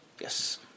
yes